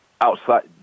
outside